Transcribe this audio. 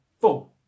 four